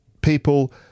people